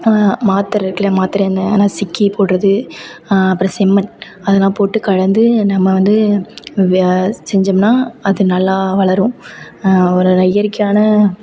மாத்திர இருக்குதுல்லையா மாத்திரைங்க நசுக்கி போடுறது அப்புறம் செம்மண் அதெல்லாம் போட்டு கலந்து நம்ம வந்து வ செஞ்சோம்னா அது நல்லா வளரும் ஒரு இயற்கையான